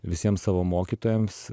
visiems savo mokytojams